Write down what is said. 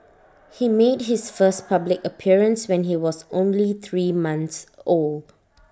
he made his first public appearance when he was only three month old